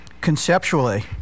conceptually